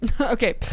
Okay